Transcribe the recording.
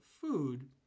food